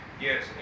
Yes